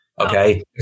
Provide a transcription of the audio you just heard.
Okay